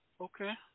Okay